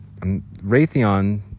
Raytheon